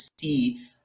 see